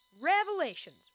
revelations